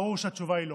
ברור שהתשובה היא לא.